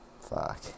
fuck